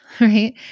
right